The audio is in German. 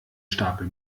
stapel